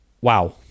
Wow